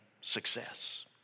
success